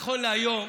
נכון להיום,